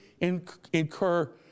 incur